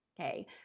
okay